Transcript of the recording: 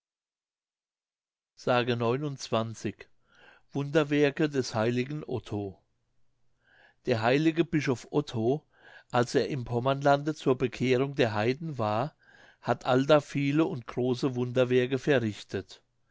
s wunderwerke des heiligen otto der heilige bischof otto als er im pommerlande zur bekehrung der heiden war hat allda viele und große wunderwerke verrichtet